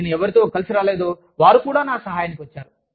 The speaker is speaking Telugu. నేను ఎవరితో కలిసి రాలేధో వారు కూడా నా సహాయానికి వచ్చారు